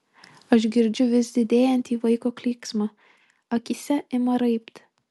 aš girdžiu vis didėjantį vaiko klyksmą akyse ima raibti